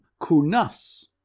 Kunas